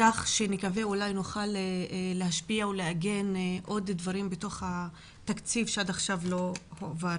ואני מקווה שנוכל להשפיע ולעגן עוד דברים בתוך התקציב שעדיין לא עבר.